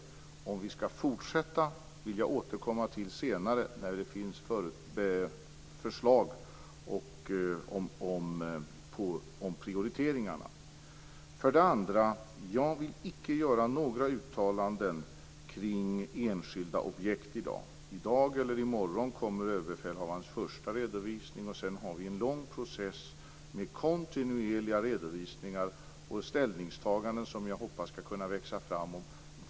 Till frågan om vi skall fortsätta vill jag återkomma senare, när det finns förslag om prioriteringarna. För det andra: Jag vill icke göra några uttalanden kring enskilda objekt i dag. I dag eller i morgon kommer överbefälhavarens första redovisning. Sedan har vi en lång process med kontinuerliga redovisningar och ställningstaganden som jag hoppas skall kunna växa fram.